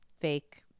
fake